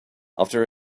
after